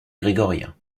grégorien